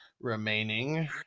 remaining